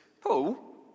Paul